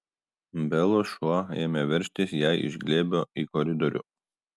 belos šuo ėmė veržtis jai iš glėbio į koridorių